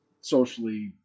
socially